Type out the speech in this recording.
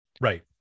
right